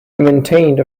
maintained